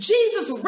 Jesus